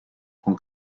con